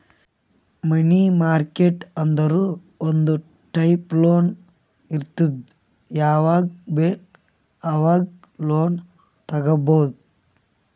ಮನಿ market ಅಂದುರ್ ಒಂದ್ type loan ಇರ್ತುದ್ ಯಾವಾಗ್ ಬೇಕ್ ಆವಾಗ್ ಲೋನ್ ತಗೊಬೋದ್